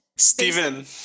Steven